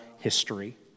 history